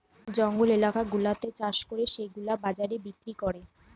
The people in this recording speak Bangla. জঙ্গল এলাকা গুলাতে চাষ করে সেগুলা বাজারে বিক্রি করে